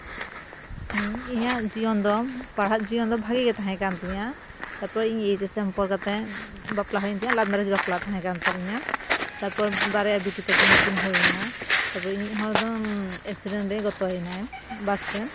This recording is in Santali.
ᱤᱧᱟᱜ ᱡᱤᱭᱚᱱ ᱫᱚ ᱯᱟᱲᱦᱟᱜ ᱡᱤᱭᱚᱱ ᱫᱚ ᱵᱷᱟᱜᱮ ᱜᱮ ᱛᱟᱦᱮᱸᱠᱟᱱ ᱛᱤᱧᱟᱹ ᱛᱟᱨᱯᱚᱨ ᱤᱧ ᱮᱭᱤᱪ ᱮᱥ ᱮᱢ ᱠᱟᱛᱮ ᱵᱟᱯᱞᱟ ᱦᱩᱭᱮᱱ ᱛᱤᱧᱟᱹ ᱞᱟᱵᱷ ᱢᱮᱨᱮᱡᱽ ᱵᱟᱯᱞᱟ ᱛᱟᱦᱮᱸᱠᱟᱱ ᱛᱟᱹᱞᱤᱧᱟ ᱛᱟᱯᱚᱨ ᱵᱟᱨᱭᱟ ᱵᱤᱴᱤ ᱛᱟᱹᱠᱤᱱ ᱠᱤᱱ ᱦᱩᱭᱮᱱᱟ ᱛᱟᱯᱚᱨᱮ ᱤᱧᱤᱡ ᱦᱚᱲ ᱫᱚ ᱮᱠᱥᱤᱰᱮᱱᱛᱮᱭ ᱜᱚᱛᱚᱭᱮᱱᱟ ᱵᱟᱥᱛᱮ